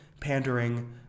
pandering